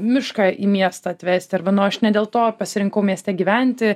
mišką į miestą atvesti arba nu aš ne dėl to pasirinkau mieste gyventi